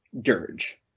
dirge